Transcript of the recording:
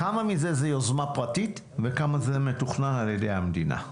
כמה מזה זה יוזמה פרטית וכמה זה מתוכנן על ידי המדינה?